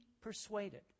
persuaded